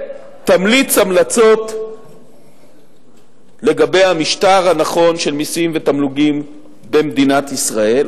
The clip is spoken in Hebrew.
ותמליץ המלצות לגבי המשטר הנכון של מסים ותמלוגים במדינת ישראל,